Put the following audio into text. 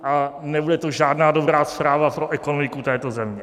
A nebude to žádná dobrá zpráva pro ekonomiku této země.